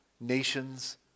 Nations